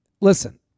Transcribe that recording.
Listen